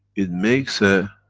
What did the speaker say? it makes a.